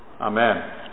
Amen